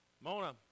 Mona